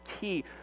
key